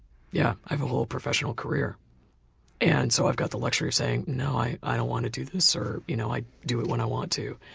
yeah, i've got a whole professional career and so i've got the luxury of saying no, i i don't want to do this or you know i do it when i want to.